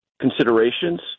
considerations